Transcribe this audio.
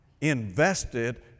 invested